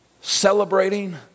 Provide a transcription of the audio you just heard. celebrating